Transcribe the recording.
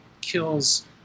kills